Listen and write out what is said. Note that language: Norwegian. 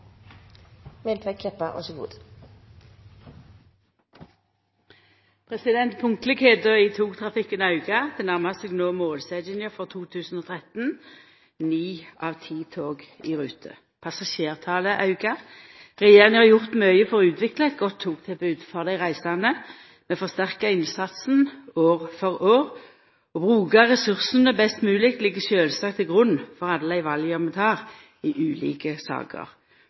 togtrafikken aukar. Ho nærmar seg no målsetjinga for 2013 om ni av ti tog i rute. Passasjertalet aukar, og regjeringa har gjort mykje for å utvikla eit godt togtilbod for dei reisande. Vi forsterkar innsatsen år for år, og å bruka ressursane best mogleg ligg sjølvsagt til grunn for alle dei vala vi tek i ulike saker.